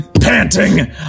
panting